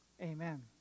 Amen